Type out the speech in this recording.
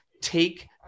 take